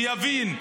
שיבין.